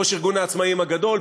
ראש ארגון העצמאים הגדול.